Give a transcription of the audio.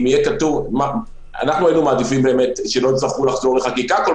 היינו מעדיפים שלא יצטרכו לחזור לחקיקה בכל